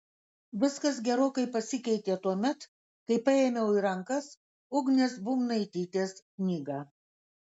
viskas gerokai pasikeitė tuomet kai paėmiau į rankas ugnės būbnaitytės knygą